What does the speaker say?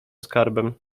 skarbem